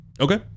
Okay